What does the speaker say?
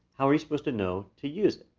how are supposed to know to use it?